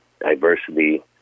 diversity